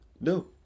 No